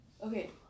Okay